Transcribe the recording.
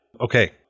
Okay